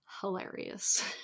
hilarious